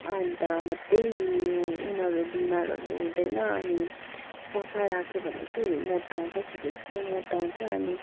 अन्त मात्रै उनीहरू बिमारहरू हुँदैन अनि सफा राख्यो भने चाहिँ मोटाउँछ छिटो छिटो मोटाउँछ अनि